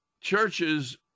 churches